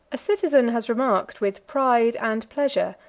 a citizen has remarked, with pride and pleasure,